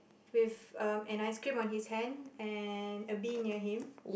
with um an ice cream on his hand and a bee near him